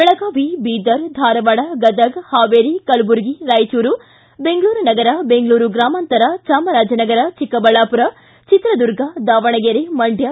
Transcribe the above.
ಬೆಳಗಾವಿ ಬೀದರ್ ಧಾರವಾಡ ಗದಗ ಹಾವೇರಿ ಕಲಬುರ್ಗಿ ರಾಯಚೂರು ಬೆಂಗಳೂರು ನಗರ ಬೆಂಗಳೂರು ಗ್ರಾಮಾಂತರ ಚಾಮರಾಜನಗರ ಚಿಕ್ಕಬಳ್ಳಾಪುರ ಚಿತ್ರದುರ್ಗ ದಾವಣಗೆರೆ ಮಂಡ್ಲ